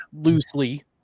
loosely